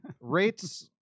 Rates